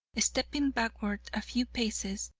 stepping backward a few paces,